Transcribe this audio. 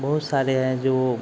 बहुत सारे हैं जो